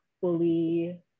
fully